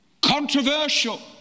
controversial